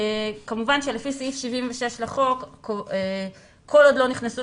כמובן שלפי סעיף 76 לחוק כל עוד לא נכנסו